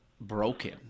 broken